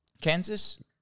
Kansas